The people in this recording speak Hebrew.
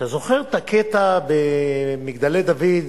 אתה זוכר את הקטע ב"מגדלי דוד",